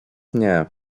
nie